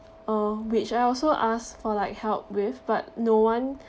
uh which I also ask for like help with but no one